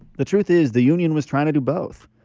the truth is the union was trying to do both.